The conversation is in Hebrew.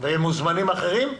עם מוזמנים אחרים.